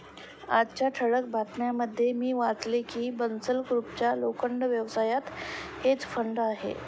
आजच्या ठळक बातम्यांमध्ये मी वाचले की बन्सल ग्रुपचा लोखंड व्यवसायात हेज फंड आहे